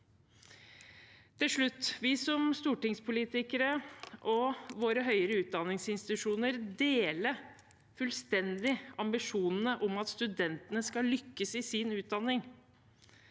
Til slutt: Vi som stortingspolitikere og våre høyere utdanningsinstitusjoner deler fullstendig ambisjonene om at studentene skal lykkes i sin utdanning.